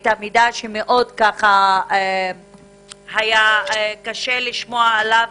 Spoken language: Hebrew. את המידע שמאד היה קשה לשמוע עליו